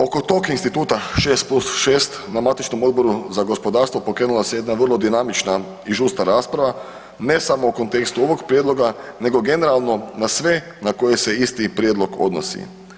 Oko tog instituta 6 + 6 na matičnom Odboru za gospodarstvo pokrenula se jedna vrlo dinamična i žustra rasprava ne samo u kontekstu ovog prijedloga nego generalno na sve na koje se isti prijedlog odnosi.